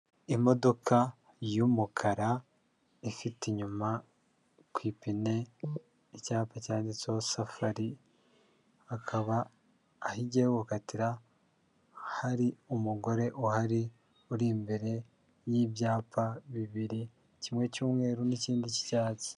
Imodoka y'umukara ifite inyuma ku ipine icyapa cyanditseho safari, akaba aho igiye gukatira hari umugore uhari uri imbere y'ibyapa bibiri: kimwe cy'umweru n'ikindi cy'icyatsi.